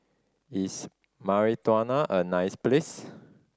is Mauritania a nice place